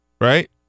right